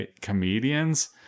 comedians